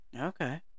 okay